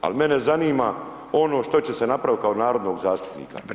Ali mene zanima ono što će se napraviti kao narodnog zastupnika.